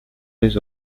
les